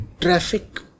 traffic